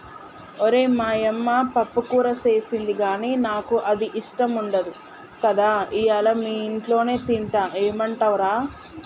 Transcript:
ఓరై మా యమ్మ పప్పుకూర సేసింది గానీ నాకు అది ఇష్టం ఉండదు కదా ఇయ్యల మీ ఇంట్లోనే తింటా ఏమంటవ్ రా